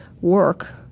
work